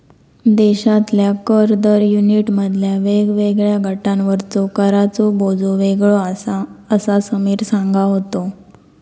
देशातल्या कर दर युनिटमधल्या वेगवेगळ्या गटांवरचो कराचो बोजो वेगळो आसा, असा समीर सांगा होतो